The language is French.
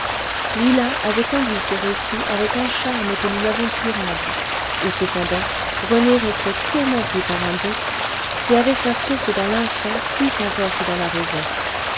lila avait conduit ce récit avec un charme que nous n'avons pu rendre et cependant rené restait tourmenté par un doute qui avait sa source dans l'instinct plus encore que dans la raison